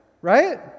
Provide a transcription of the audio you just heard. Right